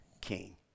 king